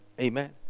Amen